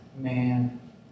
man